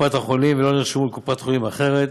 בקופת החולים ולא נרשמו לקופת חולים אחרת,